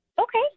Okay